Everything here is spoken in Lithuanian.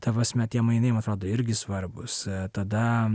ta prasme tie mainai man atrodo irgi svarbūs tada